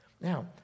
Now